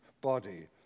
body